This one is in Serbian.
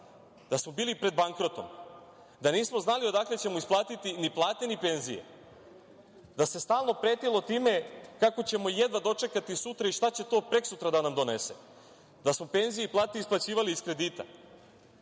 da smo bili pred bankrotom, da nismo znali odakle ćemo isplatiti ni plate ni penzije, da se stalno pretilo time kako ćemo jedva dočekati sutra i šta će to prekosutra da nam donese, da smo penzije i plate isplaćivali iz kredita,